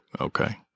okay